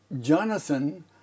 Jonathan